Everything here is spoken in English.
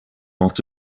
not